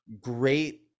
great